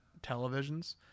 televisions